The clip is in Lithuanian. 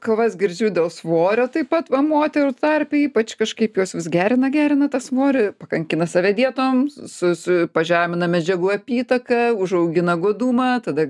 kalbas girdžiu dėl svorio taip pat moterų tarpe ypač kažkaip juos vis gerina gerina tą svorį pakankina save dietom su su pažemina medžiagų apytaką užaugina godumą tada